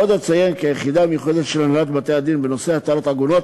עוד אציין כי היחידה המיוחדת של הנהלת בתי-הדין בנושא התרת עגונות